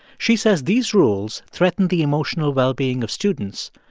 she says these rules threaten the emotional well-being of students,